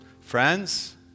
Friends